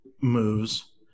moves